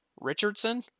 Richardson